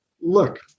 look